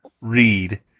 read